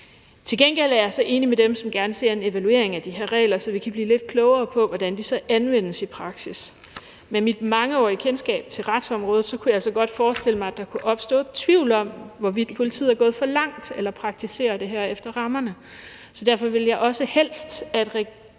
Til gengæld er jeg så enig med dem, som gerne ser en evaluering af de her regler, så vi kan blive lidt klogere på, hvordan de så anvendes i praksis. Med mit mangeårige kendskab til retsområdet kunne jeg altså godt forestille mig, at der kunne opstå tvivl om, hvorvidt politiet er gået for langt eller praktiserer det her inden for rammerne. Så derfor ville jeg også helst